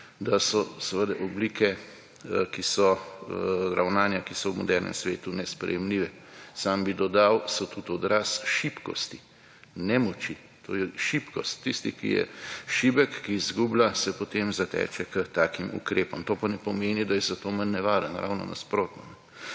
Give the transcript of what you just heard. da so seveda oblike, ravnanja, ki so v modernem svetu nesprejemljive. Sam bi dodal, so tudi odraz šibkosti, nemoči. To je šibkost. Tisti, ki je šibek, ki izgublja, se potem zateče k takim ukrepom. To pa ne pomeni, da je zato manj nevaren. Ravno nasprotno.